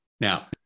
Now